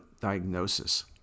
diagnosis